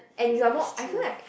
and you are more I feel like